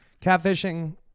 catfishing